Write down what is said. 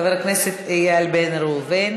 חבר הכנסת איל בן ראובן,